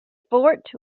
fort